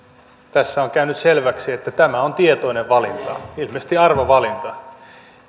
tässä on käynyt selväksi että tämä on tietoinen valinta ilmeisesti arvovalinta